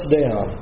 down